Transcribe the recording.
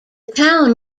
town